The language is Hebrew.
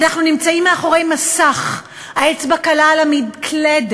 אנחנו נמצאים מאחורי מסך, האצבע קלה על המקלדת,